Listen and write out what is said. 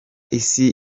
isi